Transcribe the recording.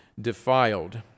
defiled